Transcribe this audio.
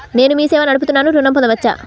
నేను మీ సేవా నడుపుతున్నాను ఋణం పొందవచ్చా?